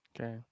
Okay